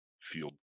field